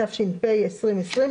התשפ"א-2020,